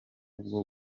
bwo